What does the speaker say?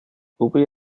ubi